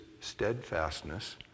steadfastness